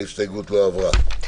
ההסתייגות לא עברה.